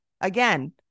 again